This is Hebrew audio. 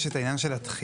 יש את העניין של התחילה,